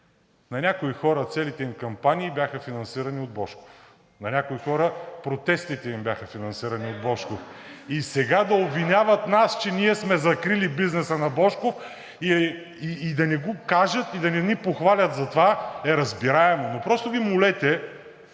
На някои хора целите им кампании бяха финансирани от Божков, на някои хора протестите им бяха финансирани от Божков. И сега да обвиняват нас, че ние сме закрили бизнеса на Божков. И да не го кажат и да не ни похвалят за това е разбираемо, но просто ги молете